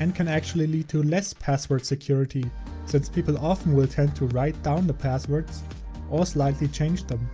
and can actually lead to less password security since people often will tend to write down the passwords or slightly change them.